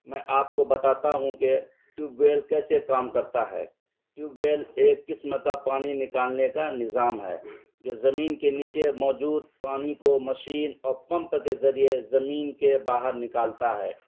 میں آپ کو بتاتا ہوں کہ ٹیوب ویل کیسے کام کرتا ہے ٹیوب ویل ایک قسم کا پانی نکالنے کا نظام ہے جو زمین کے نیچے موجود پانی کو مشین اور پمپ کے ذریعے زمین کے باہر نکالتا ہے